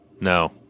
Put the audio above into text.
No